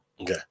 Okay